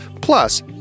Plus